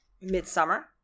midsummer